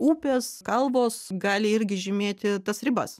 upės kalbos gali irgi žymėti tas ribas